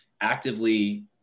actively